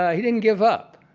ah he didn't give up.